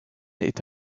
est